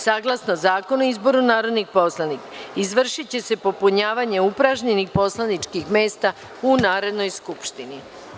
Saglasno Zakona o izboru narodnih poslanika izvršiće se popunjavanje upražnjenih poslaničkih mesta u Narodnoj skupštini.